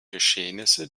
geschehnissen